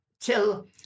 Till